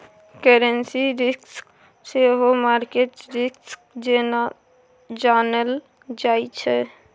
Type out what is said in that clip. currency risk सेहो market risk जेना जानल जाइ छै